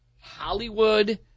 Hollywood